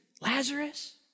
Lazarus